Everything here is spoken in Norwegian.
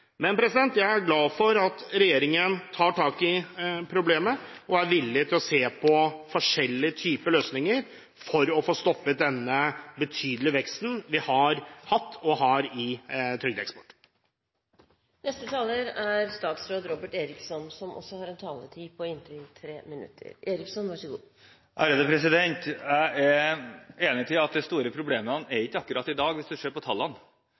Jeg er glad for at regjeringen tar tak i problemet og er villig til å se på forskjellige typer løsninger, for å få stoppet den betydelige veksten vi har hatt og har i trygdeeksport. Jeg er enig i at de store problemene ikke finnes i dag, hvis man ser på tallene. De fantes heller ikke da man laget pensjonsreformen i sin tid. Man kunne godt beholdt det gamle pensjonssystemet. Fremskrittspartiet mente den gangen at man kunne beholdt det,